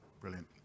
Brilliant